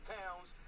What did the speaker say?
towns